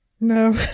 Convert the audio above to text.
no